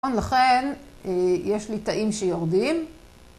לכן יש לי תאים שיורדים.